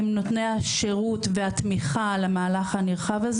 המטרה שלנו שהיועצים האלה יעברו מרגע זה